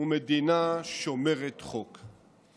ומדינה שומרת חוק",